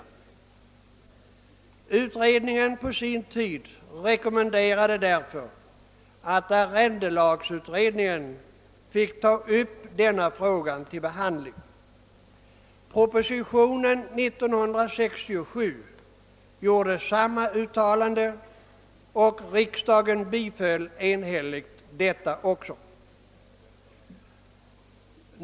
Utredningen rekommenderade därför på sin tid att arrendelagsutredningen skulle få ta upp denna fråga till behandling. I propositionen 1967 gjordes samma uttalande och riksdagen biföll den enhälligt.